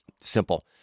Simple